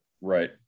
Right